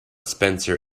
spencer